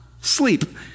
sleep